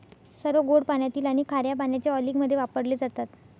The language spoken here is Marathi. सर्व गोड पाण्यातील आणि खार्या पाण्याच्या अँलिंगमध्ये वापरले जातात